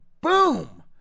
boom